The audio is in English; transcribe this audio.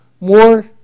more